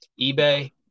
eBay